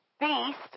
beast